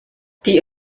die